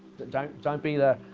don't don't be the,